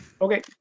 Okay